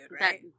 right